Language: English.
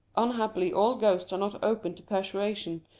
unhappily all ghosts are not open to persuasion,